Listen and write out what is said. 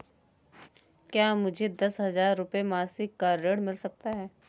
क्या मुझे दस हजार रुपये मासिक का ऋण मिल सकता है?